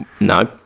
No